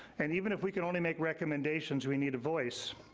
and even if we can only make recommendations, we need a voice.